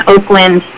Oakland